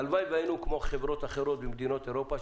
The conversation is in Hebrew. הלוואי שהיינו כמו חברות אחרות במדינות אירופה,